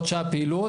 עוד שעה פעילות,